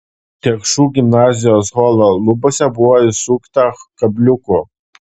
tiek šu gimnazijos holo lubose buvo įsukta kabliukų